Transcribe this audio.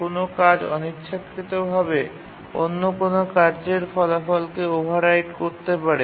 কোনও কাজ অনিচ্ছাকৃতভাবে অন্য কোনও কার্যের ফলাফলকে ওভাররাইট করতে পারে